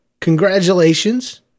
congratulations